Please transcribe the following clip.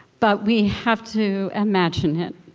but we have to imagine it